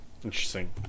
Interesting